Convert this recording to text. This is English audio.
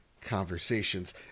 conversations